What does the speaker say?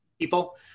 people